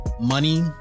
money